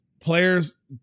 players